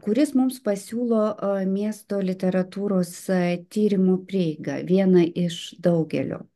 kuris mums pasiūlo miesto literatūros tyrimų prieigą vieną iš daugelio